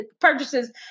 purchases